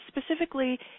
specifically